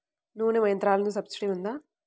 నూనె యంత్రాలకు సబ్సిడీ ఉందా?